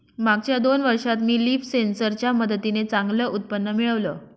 मागच्या दोन वर्षात मी लीफ सेन्सर च्या मदतीने चांगलं उत्पन्न मिळवलं